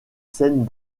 scènes